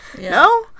No